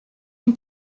une